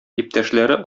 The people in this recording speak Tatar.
иптәшләре